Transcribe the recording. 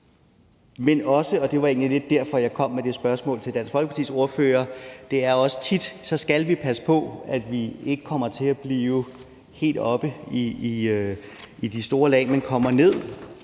sådan – og det var egentlig lidt derfor, jeg kom med det spørgsmål til Dansk Folkepartis ordfører – at vi skal passe på, at vi ikke kommer til at blive helt oppe i de højere lag, men kommer ned